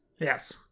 Yes